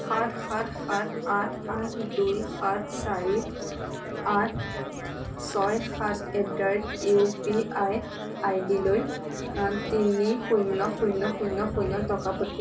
সাত সাত সাত আঠ আঠ দুই সাত চাৰি আঠ ছয় সাত at the rate U P I I ডিলৈ তিনি শূন্য শূন্য শূন্য শূন্য টকা পঠি